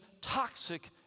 toxic